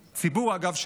אגב,